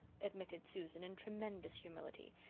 admitted susan in tremendous humility,